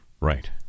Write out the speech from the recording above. right